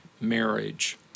marriage